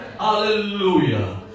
Hallelujah